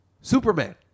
Superman